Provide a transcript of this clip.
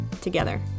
together